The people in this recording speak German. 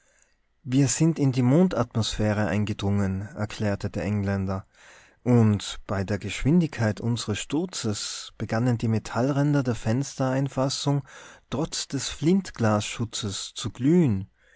wir sind in die mondatmosphäre eingedrungen erklärte der engländer und bei der geschwindigkeit unsres sturzes begannen die metallränder der fenstereinfassung trotz des flintglasschutzes zu glühen